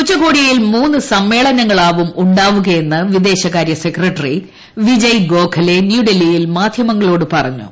ഉച്ചകോടിയിൽ മൂന്ന് സമ്മേളനങ്ങളാവും ഉണ്ടാകുകയെന്ന് വിദേശകാര്യ സെക്രട്ടറി വിജയ് ഗോഖലെ ന്യൂഡൽഹിയിൽ മാധ്യമങ്ങ്ളോട് പറഞ്ഞു